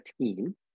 team